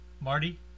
marty